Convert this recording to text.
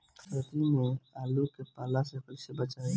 सर्दी में आलू के पाला से कैसे बचावें?